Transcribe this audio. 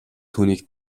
түүнийг